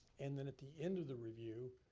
and then at the end of the review,